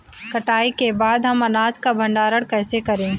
कटाई के बाद हम अनाज का भंडारण कैसे करें?